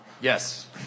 Yes